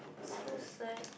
so sad